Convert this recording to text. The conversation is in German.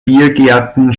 biergärten